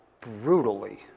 brutally